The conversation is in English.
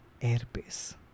airbase